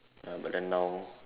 ya but then now